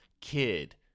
kid